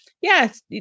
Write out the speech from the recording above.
yes